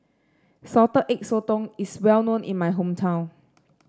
Salted Egg Sotong is well known in my hometown